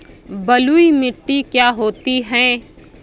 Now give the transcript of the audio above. बलुइ मिट्टी क्या होती हैं?